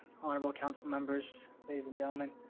honourable council members. ladies and gentlemen.